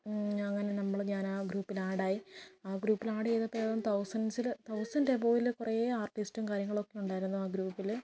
അങ്ങനെ നമ്മൾ ഞാനാ ഗ്രൂപ്പിൽ ആഡായി ആ ഗ്രൂപ്പിൽ ആഡ് ചെയ്തപ്പോൾ ഏതാണ്ട് തൗസൻഡ്സിൽ തൗസൻഡ് എബോവിൽ കുറെ ആർട്ടിസ്റ്റും കാര്യങ്ങളൊക്കെ ഉണ്ടായിരുന്നു ആ ഗ്രൂപ്പിൽ